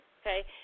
okay